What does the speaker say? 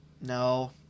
No